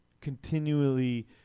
continually